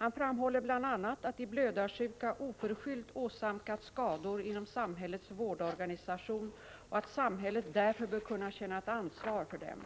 Han framhåller bl.a. att de blödarsjuka oförskyllt åsamkats skador inom samhällets vårdorganisation och att samhället därför bör känna ett ansvar för dem.